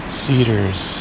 cedars